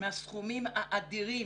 מהסכומים האדירים